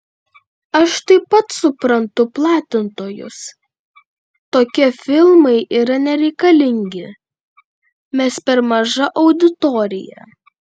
aš taip pat suprantu platintojus tokie filmai yra nereikalingi mes per maža auditorija